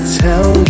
tell